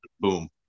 boom